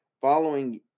following